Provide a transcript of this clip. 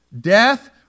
death